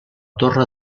torre